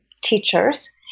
teachers